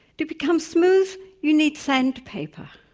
to become smooth you need sandpaper.